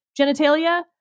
genitalia